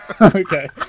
Okay